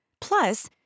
Plus